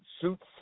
suits